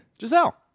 Giselle